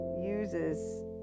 uses